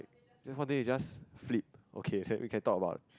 just one day you just flip okay then we can talk about